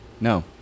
No